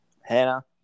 Hannah